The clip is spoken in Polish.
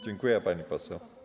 Dziękuję, pani poseł.